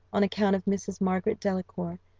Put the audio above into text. on account of mrs. margaret delacour,